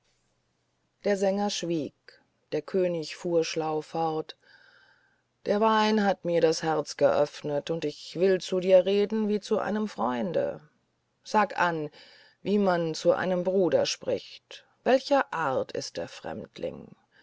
der sänger schwieg der könig fuhr schlau fort der wein hat mir das herz geöffnet und ich will zu dir reden wie zu einem freunde sage an wie man zu einem bruder spricht welcher art ist der fremdling